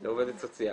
לעובדת סוציאלית.